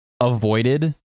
avoided